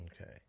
Okay